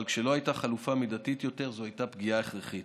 אבל כשלא הייתה חלופה מידתית יותר זו הייתה פגיעה הכרחית.